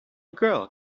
girl